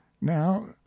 Now